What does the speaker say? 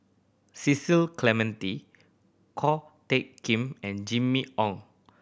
Cecil Clementi Ko Teck Kin and Jimmy Ong